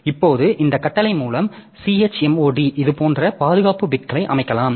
இப்போது இந்த கட்டளை மூலம் chmod இது போன்ற பாதுகாப்பு பிட்களை அமைக்கலாம்